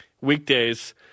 weekdays